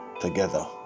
together